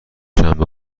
شنبه